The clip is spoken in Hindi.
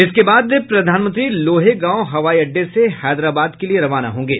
इसके बाद प्रधानमंत्री लोहेगांव हवाई अड्डे से हैदराबाद के लिए रवाना होंगे